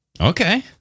Okay